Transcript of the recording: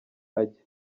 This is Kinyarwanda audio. ajya